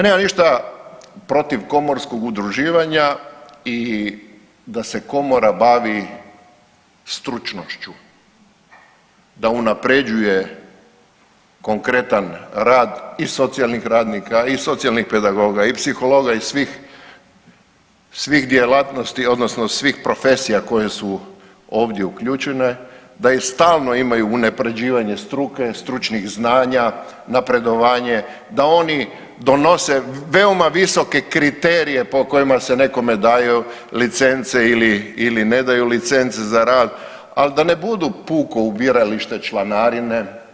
Nemam ništa protiv komorskog udruživanja i da se komora bavi stručnošću, da unapređuje konkretan rad i socijalnih radnika i socijalnih pedagoga i psihologa i svih, svih djelatnosti odnosno svih profesija koje su ovdje uključene da i stalno imaju unapređivanje struke, stručnih znanja, napredovanje, da oni donose veoma visoke kriterije po kojima se nekome daju licence ili, ili ne daju licence za rad, al da ne budu puko ubiralište članarine.